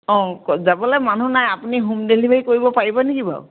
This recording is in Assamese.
অঁ যাবলৈ মানুহ নাই আপুনি হোম ডেলিভাৰী কৰিব পাৰিব নেকি বাৰু